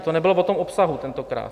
To nebylo o tom obsahu tentokrát.